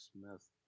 Smith